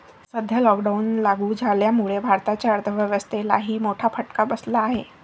सध्या लॉकडाऊन लागू झाल्यामुळे भारताच्या अर्थव्यवस्थेलाही मोठा फटका बसला आहे